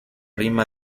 rima